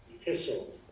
Epistle